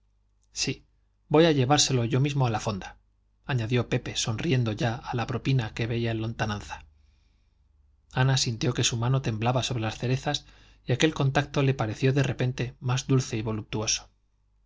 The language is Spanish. sí voy a llevárselo yo mismo a la fonda añadió pepe sonriendo ya a la propina que veía en lontananza ana sintió que su mano temblaba sobre las cerezas y aquel contacto le pareció de repente más dulce y voluptuoso